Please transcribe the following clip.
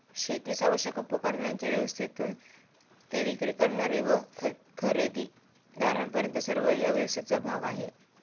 शेतीस आवश्यक उपकरणांच्या व्यवस्थेपासून ते विक्री करणारे व खरेदीदारांपर्यंत सर्व या व्यवस्थेचा भाग आहेत